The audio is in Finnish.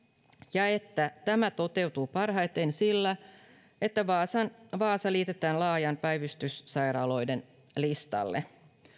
ja että tämä toteutuu parhaiten sillä että vaasa liitetään laajan päivystyksen sairaaloiden listalle